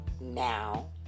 now